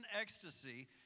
ecstasy